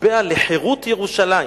שהמטבע "לחירות ירושלים"